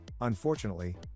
Unfortunately